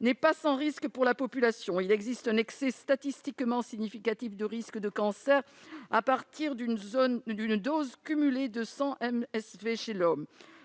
n'est pas sans risque pour la population : il existe un excès statistiquement significatif de risque de cancer à partir d'une dose cumulée de 100 millisieverts chez l'homme.